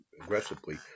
aggressively